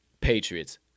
Patriots